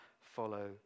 follow